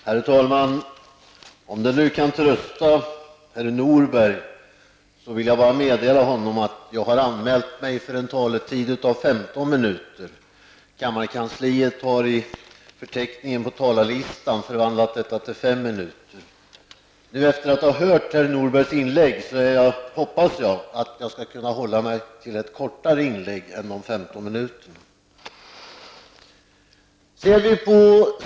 Herr talman! Om det nu kan trösta herr Norberg, vill jag meddela honom att jag har anmält mig för en taletid av femton minuter. Kammarkansliet har i förteckningen på talarlistan förvandlat detta till fem minuter. Efter att ha hört herr Norbergs inlägg hoppas jag att jag skall kunna hålla ett inlägg som är kortare än dessa femton minuter.